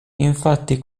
infatti